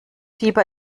fieber